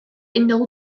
unol